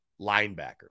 linebacker